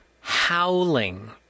howling